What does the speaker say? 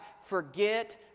forget